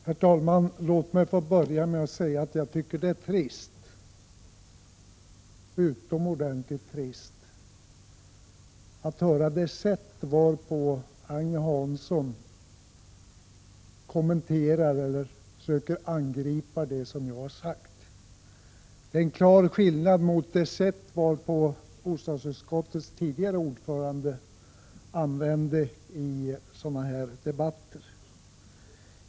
Herr talman! Låt mig börja med att säga att jag tycker det är utomordentligt trist att höra Agne Hansson kommentera och försöka angripa det som jag har sagt. Det är en klar skillnad mot det sätt bostadsutskottets tidigare ordförande använde i sådana här debatter.